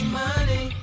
money